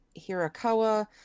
Hirakawa